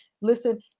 Listen